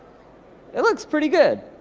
it looks pretty good.